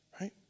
right